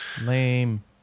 Lame